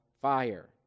fire